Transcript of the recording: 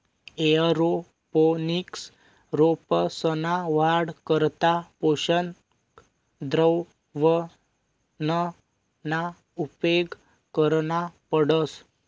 aeroponics रोपंसना वाढ करता पोषक द्रावणना उपेग करना पडस